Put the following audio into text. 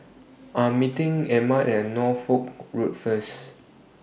I Am meeting Emma At Norfolk Road First